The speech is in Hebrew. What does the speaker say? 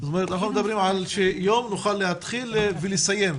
אנחנו מדברים על יום שנוכל להתחיל ולסיים,